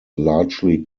largely